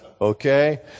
okay